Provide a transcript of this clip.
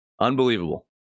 Unbelievable